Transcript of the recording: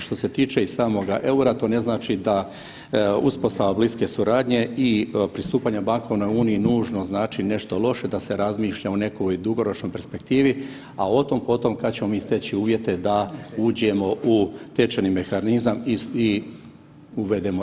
Što se tiče i samoga eura, to ne znači da uspostava bliske suradnje i pristupanja bankovnoj uniji nužno znači nešto loše da se razmišlja o nekoj dugoročnoj perspektivi, a o tom po tom kada ćemo mi steći uvjete da uđemo u tečajni mehanizam i uvedemo